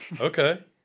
okay